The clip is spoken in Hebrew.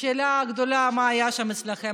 השאלה הגדולה היא מה היה שם אצלכם.